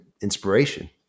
inspiration